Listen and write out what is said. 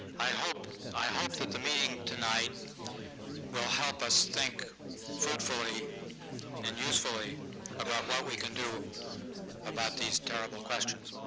i hope i hope that the meeting tonight will help us think fruitfully and usefully about what we can do about these terrible questions.